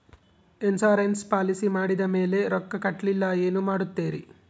Insurance policy ಮಾಡಿದ ಮೇಲೆ ರೊಕ್ಕ ಕಟ್ಟಲಿಲ್ಲ ಏನು ಮಾಡುತ್ತೇರಿ?